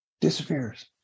disappears